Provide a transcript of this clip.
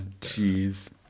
Jeez